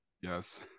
yes